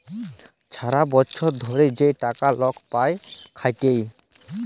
ছারা বচ্ছর ধ্যইরে যে টাকা লক পায় খ্যাইটে